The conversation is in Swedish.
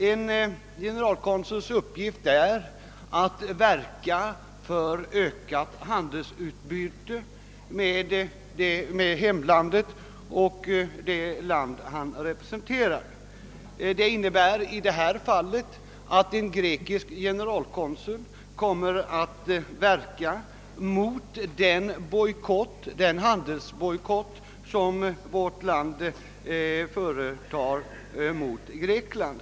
En generalkonsuls uppgift är att verka för ökat handelsutbyte mellan hemlandet och det land han representerar. Detta innebär att en grekisk generalkonsul kommer att verka mot den »handelsbojkott» som vårt land företagit mot Grekland.